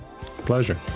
Pleasure